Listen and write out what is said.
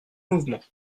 mouvements